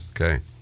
Okay